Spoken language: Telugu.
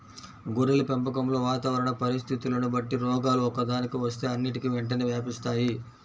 గొర్రెల పెంపకంలో వాతావరణ పరిస్థితులని బట్టి రోగాలు ఒక్కదానికి వస్తే అన్నిటికీ వెంటనే వ్యాపిస్తాయి